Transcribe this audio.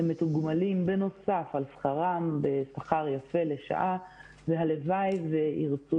הם מתוגמלים בנוסף על שכרם בשכר יפה לשעה והלוואי וירצו